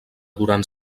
durant